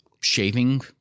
shaving